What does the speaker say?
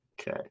Okay